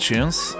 Tunes